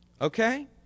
Okay